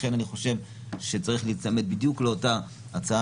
לכן אני חושב שצריך להיצמד בדיוק לאותה הצעה